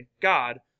God